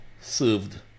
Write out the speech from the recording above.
served